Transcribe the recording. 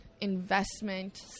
investment